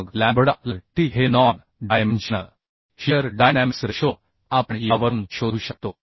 मग lambda lt हे non dimensional shear dynamics ratio आपण यावरून शोधू शकतो